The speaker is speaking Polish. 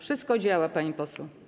Wszystko działa, pani poseł.